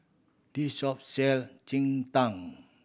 this shop sell cheng tng